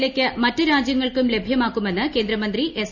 വിലയ്ക്ക് മറ്റ് രാജൃങ്ങൾക്കും ലഭ്യമാക്കുമെന്ന് കേന്ദ്രമന്ത്രി എസ്